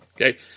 Okay